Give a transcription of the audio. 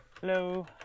Hello